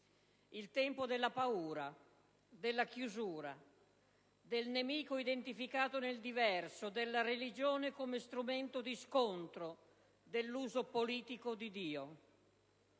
il tempo della paura, della chiusura, del nemico identificato nel diverso, della religione come strumento di scontro, dell'uso politico di Dio.